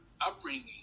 upbringing